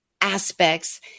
aspects